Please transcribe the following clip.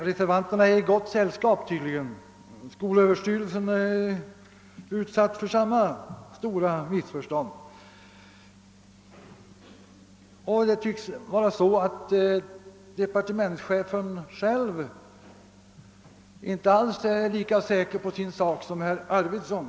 Vi reservanter är tydligen i gott sällskap; skolöverstyrelsen har gjort sig skyldig till samma stora missförstånd. Och departementsche fen själv tycks inte alls vara lika säker på saken som herr Arvidson.